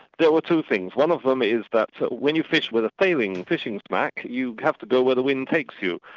there were two things. one of them is that but when you fish with a sailing fishing smack, you have to go where the wind takes you,